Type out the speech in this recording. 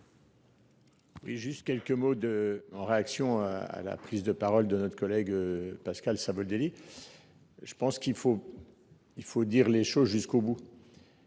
Juste quelques mots de en réaction à la prise de parole de notre collègue Pascal Savoldelli. Je pense qu'il faut, il faut dire les choses jusqu'au bout.